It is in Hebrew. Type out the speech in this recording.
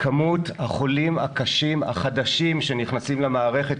כמות החולים הקשים החדשים שנכנסים למערכת,